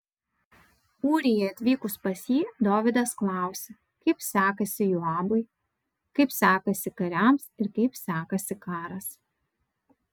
ūrijai atvykus pas jį dovydas klausė kaip sekasi joabui kaip sekasi kariams ir kaip sekasi karas